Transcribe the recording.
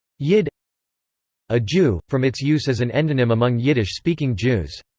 yid a jew, from its use as an endonym among yiddish-speaking jews.